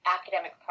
academic